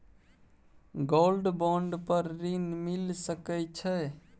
Gold bond पर ऋण मिल सके छै?